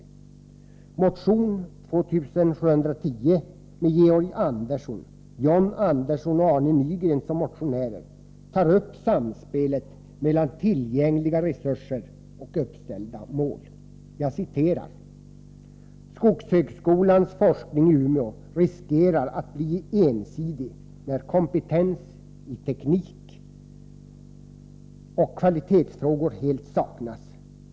I motion 2710, med Georg Andersson, John Andersson och Arne Nygren som motionärer, tar man upp samspelet mellan tillgängliga resurser och uppställda mål och säger: ”Skogshögskolans forskning i Umeå riskerar att bli ensidig när kompetens i teknik och kvalitetsfrågor helt saknas.